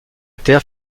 terre